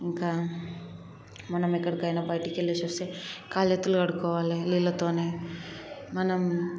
ఇంకా మనం ఎక్కడికైనా బయటకి వెళ్ళేసి వస్తే కాళ్ళు చేతులు కడుక్కోవాలి నీళ్ళతో మనం